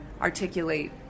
articulate